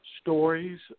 stories